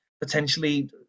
potentially